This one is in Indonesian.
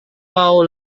mau